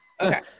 Okay